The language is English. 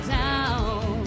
down